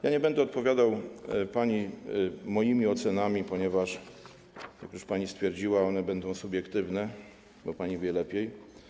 Ja nie będę odpowiadał pani moimi ocenami, ponieważ, jak już pani stwierdziła, one będą subiektywne, bo pani wie lepiej.